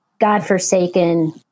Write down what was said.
godforsaken